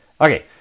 Okay